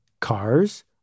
Cars